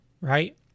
right